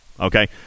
Okay